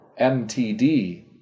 MTD